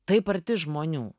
taip arti žmonių